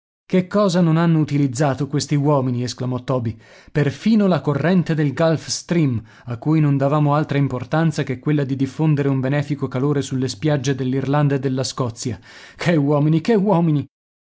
che cosa non hanno utilizzato questi uomini esclamò toby perfino la corrente del gulfstream a cui non davamo altra importanza che quella di diffondere un benefico calore sulle spiagge dell'irlanda e della scozia che uomini che uomini